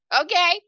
okay